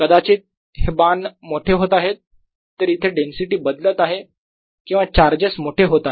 कदाचित हे बाण मोठे होत आहेत तर इथे डेन्सिटी बदलत आहे किंवा चार्जेस मोठे होत आहेत